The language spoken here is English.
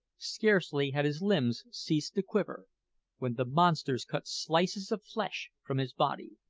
scarcely had his limbs ceased to quiver when the monsters cut slices of flesh from his body,